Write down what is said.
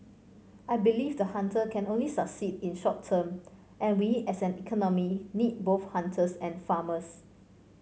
I believe the hunter can only succeed in short term and we as an economy need both hunters and farmers